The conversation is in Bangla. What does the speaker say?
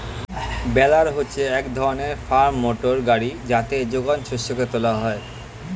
বেলার হচ্ছে এক ধরনের ফার্ম মোটর গাড়ি যাতে যোগান শস্যকে তোলা হয়